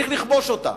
שצריך לכבוש אותה,